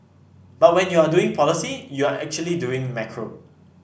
but when you are doing policy you're actually doing macro